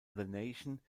nation